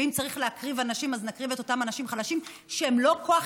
ואם צריך להקריב אנשים אז נקריב את אותם אנשים חלשים שהם לא כוח